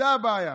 זו הבעיה,